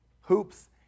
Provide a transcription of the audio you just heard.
hoops